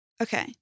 Okay